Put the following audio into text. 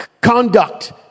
conduct